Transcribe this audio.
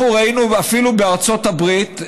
אנחנו ראינו שאפילו בארצות הברית,